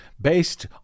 based